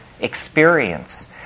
experience